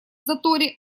заторе